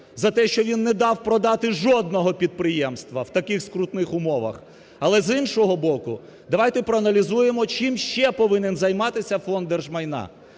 за те, що він не дав продати жодного підприємства в таких скрутних умовах, але, з іншого боку, давайте проаналізуємо чим ще повинен займатися Фонд держмайна?